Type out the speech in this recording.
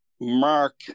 Mark